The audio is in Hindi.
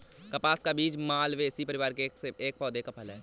कपास का बीज मालवेसी परिवार के एक पौधे का फल है